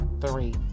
three